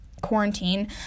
quarantine